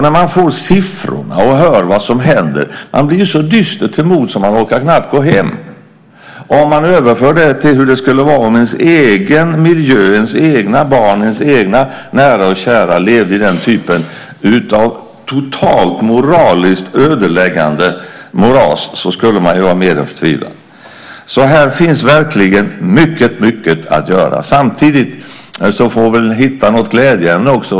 När man får siffrorna och hör vad som händer blir man så dyster till mods att man knappt orkar gå hem. Skulle man överföra detta till sin egen miljö, hur det vore om ens egna barn, ens egna nära och kära, levde i denna typ av totalt moraliskt ödeläggande moras, skulle man vara mer än förtvivlad. Här finns verkligen mycket att göra. Samtidigt får vi väl hitta något glädjeämne också.